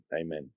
Amen